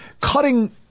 cutting